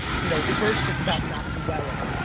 you know first it's about not dwelling.